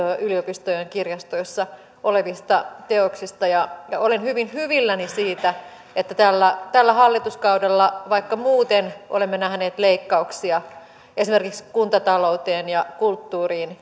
yliopistojen kirjastoissa olevista teoksista olen hyvin hyvilläni siitä että tällä tällä hallituskaudella vaikka muuten olemme nähneet leikkauksia esimerkiksi kuntatalouteen ja kulttuuriin